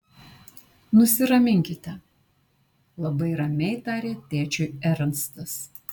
nusiraminkite labai ramiai tarė tėčiui ernstas